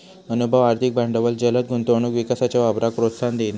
अनुभव, आर्थिक भांडवल जलद गुंतवणूक विकासाच्या वापराक प्रोत्साहन देईत